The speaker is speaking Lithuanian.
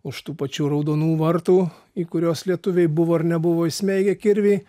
už tų pačių raudonų vartų į kuriuos lietuviai buvo ar nebuvo įsmeigę kirvį